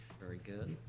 very good.